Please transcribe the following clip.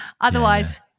Otherwise